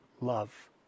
love